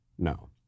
No